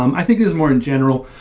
um i think is more in general,